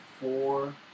four